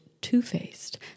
two-faced